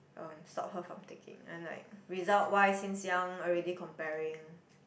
um stop her from taking and like result wise since young already comparing